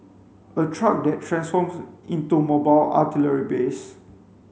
a truck that transforms into mobile artillery base